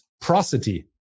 prosody